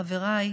חבריי,